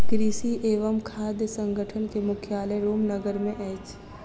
कृषि एवं खाद्य संगठन के मुख्यालय रोम नगर मे अछि